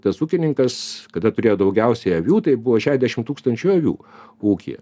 tas ūkininkas kada turėjo daugiausiai avių tai buvo šešiasdešim tūkstančių avių ūkyje